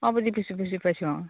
অঁ বুজি পাইছোঁ বুজি পাইছোঁ অঁ